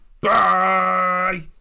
bye